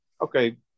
okay